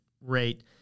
rate